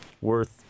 worth